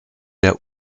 der